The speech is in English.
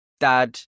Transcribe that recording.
dad